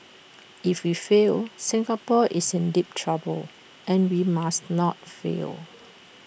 if we fail Singapore is in deep trouble and we must not fail